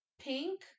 pink